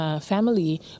family